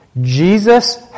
Jesus